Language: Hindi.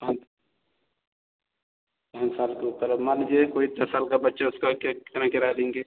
पाँच पाँच साल के ऊपर अब मान लीजिए कोई दस साल का बच्चा उसका क्या कितना किराया लेंगे